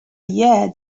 year